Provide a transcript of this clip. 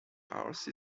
house